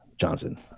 Johnson